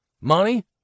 Money